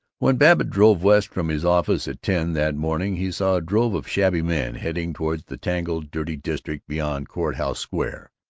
when babbitt drove west from his office at ten that morning he saw a drove of shabby men heading toward the tangled, dirty district beyond court house square.